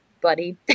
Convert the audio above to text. buddy